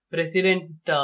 President